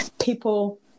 people